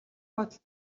бодолд